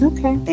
Okay